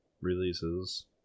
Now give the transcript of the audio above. releases